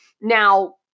Now